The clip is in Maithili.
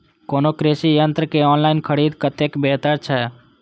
कोनो कृषि यंत्र के ऑनलाइन खरीद कतेक बेहतर छै?